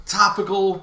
topical